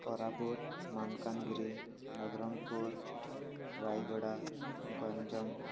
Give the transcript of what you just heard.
Koraput Malkangiri Nabarangpur Rayagada Ganjam